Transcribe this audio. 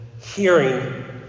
Hearing